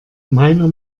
meiner